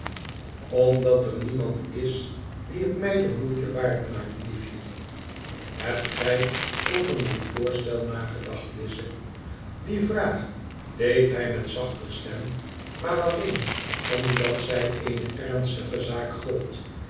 omdat er niemand is die het mij de moeite waard maakt liefje hebt gij over mijn voorstel nagedacht lize die vraag deed hij met zachter stem maar alleen omdat zij eene ernstiger zaak gold